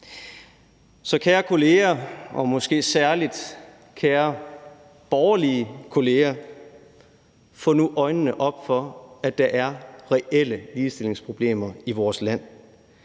Så kære kolleger og måske særlig kære borgerlige kolleger: Få nu øjnene op for, at der er reelle ligestillingsproblemer i vores land.